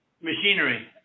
machinery